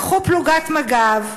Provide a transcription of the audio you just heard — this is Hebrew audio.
לקחו פלוגת מג"ב,